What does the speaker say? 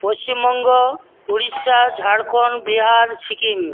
Paschimbanga Orissa Jharkhand Bihar Sikkim